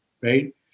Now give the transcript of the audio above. Right